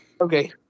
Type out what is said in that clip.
Okay